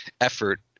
effort